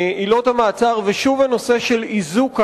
עילות המעצר, ושוב הנושא של איזוק האנשים,